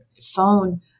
phone